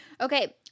Okay